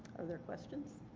are there questions?